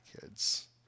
kids